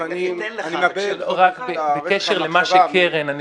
רק בקשר למה שקרן התייחסה אליהם,